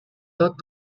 thought